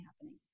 happening